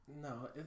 No